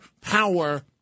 power